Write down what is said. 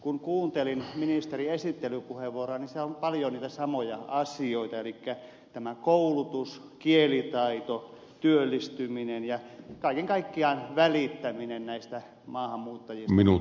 kun kuuntelin ministerin esittelypuheenvuoroa niin siellä oli paljon niitä samoja asioita elikkä tämä koulutus kielitaito työllistyminen ja kaiken kaikkiaan välittäminen näistä maahanmuuttajista